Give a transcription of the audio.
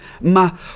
Ma